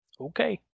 Okay